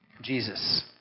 Jesus